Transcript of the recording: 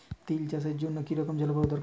তিল চাষের জন্য কি রকম জলবায়ু দরকার?